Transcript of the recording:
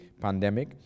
pandemic